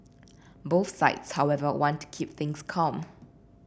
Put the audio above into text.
both sides however want to keep things calm